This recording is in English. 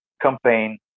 campaign